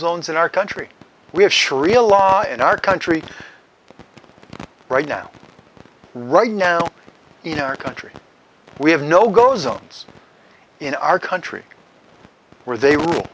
zones in our country we have sharia law in our country right now right now in our country we have no go zones in our country where they rule